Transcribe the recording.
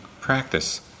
practice